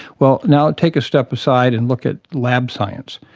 well, now take a step aside and look at lab science.